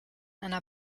einer